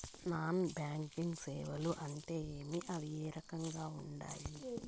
non banking సేవలు అంటే ఏమి అవి ఏ రకంగా ఉండాయి